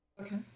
Okay